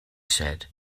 said